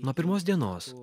nuo pirmos dienos